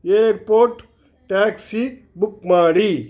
airport taxi book ಮಾಡಿ